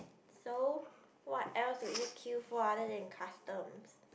so what else would you queue for other than customs